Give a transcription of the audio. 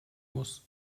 muss